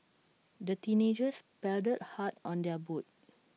the teenagers paddled hard on their boat